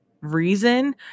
reason